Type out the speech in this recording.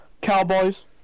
Cowboys